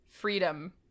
freedom